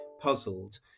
puzzled